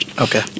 Okay